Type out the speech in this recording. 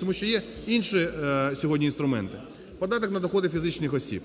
Тому що є інші сьогодні інструменти. Податок на доходи фізичних осіб,